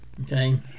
Okay